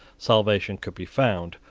salvation could be found,